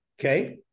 okay